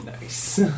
Nice